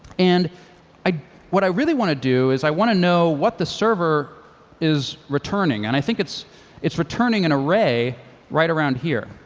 and what i really want to do is i want to know what the server is returning, and i think it's it's returning an array right around here,